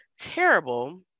terrible